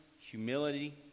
humility